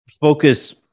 focus